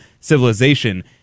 civilization